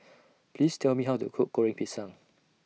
Please Tell Me How to Cook Goreng Pisang